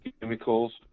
Chemicals